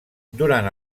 durant